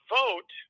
vote